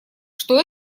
что